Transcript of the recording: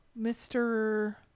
Mr